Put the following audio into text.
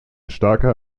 starker